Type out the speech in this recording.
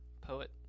poet